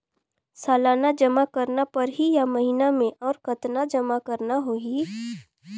सालाना जमा करना परही या महीना मे और कतना जमा करना होहि?